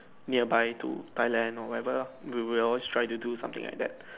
nearby to Thailand or whatever lah we will always try to do something like that